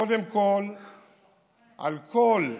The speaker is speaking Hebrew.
קודם כול, על כל,